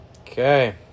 okay